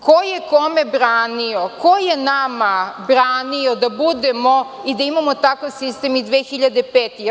Ko je kome branio, ko je nama branio da budemo i da imamo takav sistem i 2005. godine?